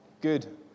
good